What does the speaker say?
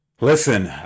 Listen